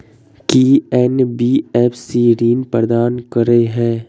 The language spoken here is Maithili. की एन.बी.एफ.सी ऋण प्रदान करे है?